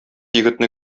егетне